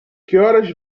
horas